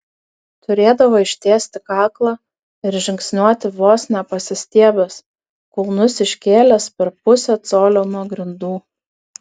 turėdavo ištiesti kaklą ir žingsniuoti vos ne pasistiebęs kulnus iškėlęs per pusę colio nuo grindų